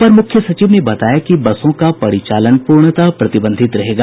अपर मुख्य सचिव ने बताया कि बसों का परिचालन पूर्णतः प्रतिबंधित रहेगा